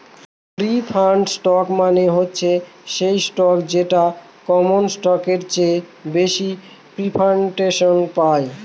preferred stock মানে হচ্ছে সেই স্টক যেটা কমন স্টকের চেয়ে বেশি প্রিফারেন্স পায়